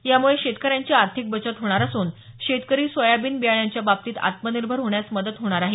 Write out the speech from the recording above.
यामुळे शेतकऱ्यांची आर्थिक बचत होणार असून शेतकरी सोयाबीन बियाण्यांच्या बाबतीत आत्मनिर्भर होण्यास मदत होणार आहे